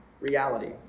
reality